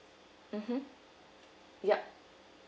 mmhmm yup